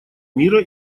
мира